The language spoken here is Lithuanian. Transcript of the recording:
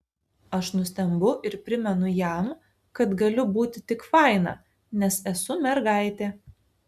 aš nustembu ir primenu jam kad galiu būti tik faina nes esu mergaitė